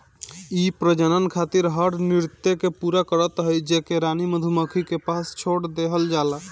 इ प्रजनन खातिर हर नृत्य के पूरा करत हई जेके रानी मधुमक्खी के पास छोड़ देहल जाला